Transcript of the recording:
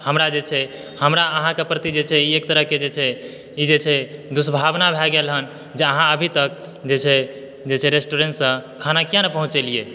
हमरा जे छै हमरा अहाँके प्रति जे छै ई एक तरह के जे छै दूर्भावना भए गेल हन जे अहाँ अभी तक जे छै जे छै रेस्टूरेंट सॅं खाना किया नहि पहुँचेलिए